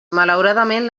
malauradament